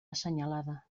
assenyalada